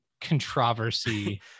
controversy